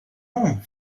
room